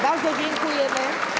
Bardzo dziękujemy.